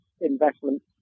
investment